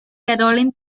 caroline